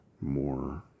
more